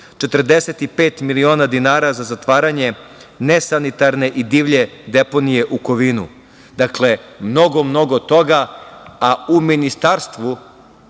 45 miliona dinara za zatvaranje nesanitarne i divlje deponije u Kovinu. Dakle, mnogo, mnogo toga, a u Ministarstvu